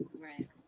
right